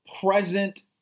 present